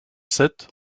sept